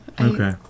okay